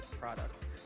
products